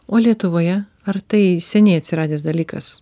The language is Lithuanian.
o lietuvoje ar tai seniai atsiradęs dalykas